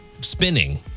spinning